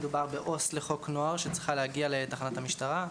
מדובר בעו"ס לחוק נוער שצריכה להגיע לתחנת המשטרה,